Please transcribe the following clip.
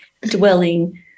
dwelling